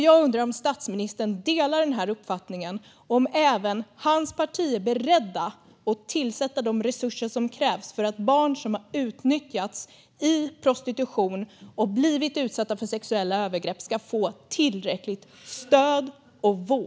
Jag undrar om statsministern delar denna uppfattning och om även hans parti är berett att tillsätta de resurser som krävs för att barn som har utnyttjats i prostitution och blivit utsatta för sexuella övergrepp ska få tillräckligt stöd och vård.